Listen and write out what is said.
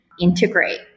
integrate